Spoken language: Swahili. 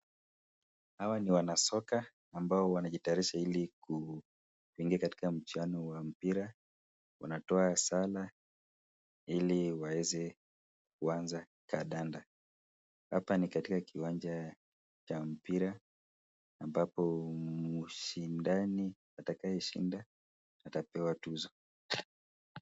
Hawa ni wanasoka ambao wanajitayarisha ili kuingia katika mchuano wa mpira. Wanatoa sala ili waeze kuaza kadada. Hapa ni katika kiwanja cha mpira ambapo mshindani atakayeshinda atapewa tunzo.